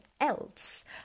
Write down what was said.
else